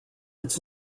its